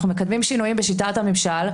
אנחנו מקדמים שינויים בשיטת הממשל,